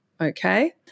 Okay